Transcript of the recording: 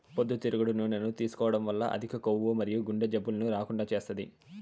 పొద్దుతిరుగుడు నూనెను తీసుకోవడం వల్ల అధిక కొవ్వు మరియు గుండె జబ్బులను రాకుండా చేస్తాది